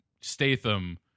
Statham